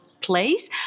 place